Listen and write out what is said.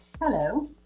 Hello